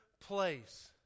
place